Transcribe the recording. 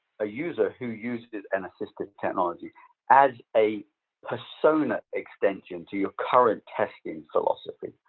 a user who uses an assistive technology as a persona extension to your current testing philosophy.